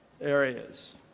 areas